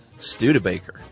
Studebaker